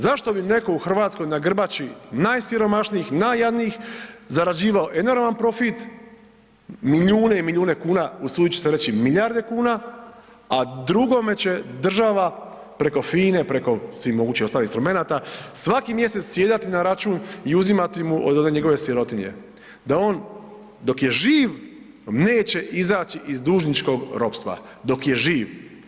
Zašto bi neko u RH na grbači najsiromašnijih, najjadnijih zarađivao enorman profit, milijune i milijune kuna, usudit ću se reć i milijarde kuna, a drugome će država preko FINA-e, preko svih mogućih ostalih instrumenata svaki mjesec sjedati na račun i uzimati mu od one njegove sirotinje da on dok je živ neće izaći iz dužničkog ropstva, dok je živ.